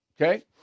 Okay